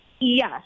Yes